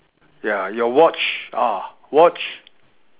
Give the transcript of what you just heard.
ya your watch ah watch